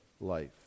life